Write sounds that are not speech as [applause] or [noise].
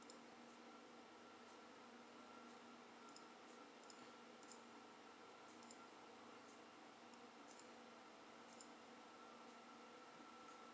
[noise]